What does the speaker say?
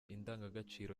indangagaciro